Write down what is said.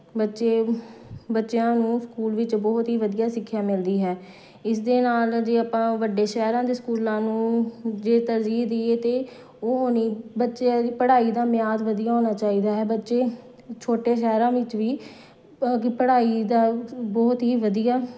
ਬੱਚੇ ਬੱਚਿਆਂ ਨੂੰ ਸਕੂਲ ਵਿੱਚ ਬਹੁਤ ਹੀ ਵਧੀਆ ਸਿੱਖਿਆ ਮਿਲਦੀ ਹੈ ਇਸ ਦੇ ਨਾਲ ਜੇ ਆਪਾਂ ਵੱਡੇ ਸ਼ਹਿਰਾਂ ਦੇ ਸਕੂਲਾਂ ਨੂੰ ਜੇ ਤਰਜੀਹ ਦੇਈਏ ਤਾਂ ਉਹ ਹੋਣੀ ਬੱਚਿਆਂ ਦੀ ਪੜ੍ਹਾਈ ਦਾ ਮਿਆਦ ਵਧੀਆ ਹੋਣਾ ਚਾਹੀਦਾ ਹੈ ਬੱਚੇ ਛੋਟੇ ਸ਼ਹਿਰਾਂ ਵਿੱਚ ਵੀ ਪੜ੍ਹਾਈ ਦਾ ਬਹੁਤ ਹੀ ਵਧੀਆ